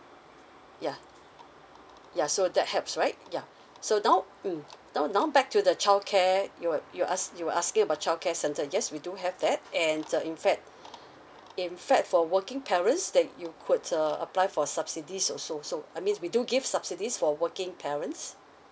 yeah ya so that helps right yeah so now mm now now back to the childcare you're you ask you're asking about childcare centre yes we do have that and uh in fact in fact for working parents that you could uh apply for subsidy also so I mean we do give subsidies for working parents